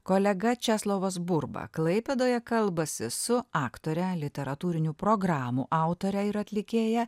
kolega česlovas burba klaipėdoje kalbasi su aktore literatūrinių programų autore ir atlikėja